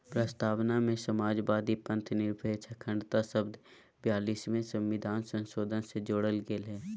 प्रस्तावना में समाजवादी, पथंनिरपेक्ष, अखण्डता शब्द ब्यालिसवें सविधान संशोधन से जोरल गेल हइ